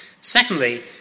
Secondly